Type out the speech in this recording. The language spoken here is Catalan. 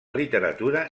literatura